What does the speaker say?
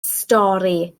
stori